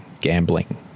gambling